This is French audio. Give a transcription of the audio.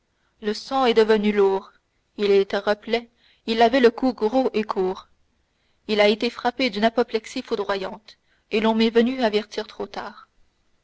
le sang est devenu lourd il était replet il avait le cou gros et court il a été frappé d'une apoplexie foudroyante et l'on m'est venu avertir trop tard